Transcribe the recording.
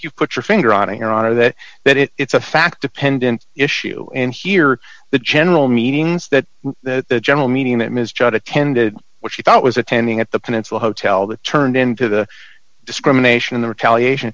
you put your finger on it your honor that that it it's a fact dependent issue and here the general meetings that that general meeting that ms judd attended which he thought was attending at the peninsula hotel that turned into the discrimination in the retaliation